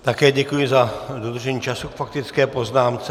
Také děkuji za dodržení času k faktické poznámce.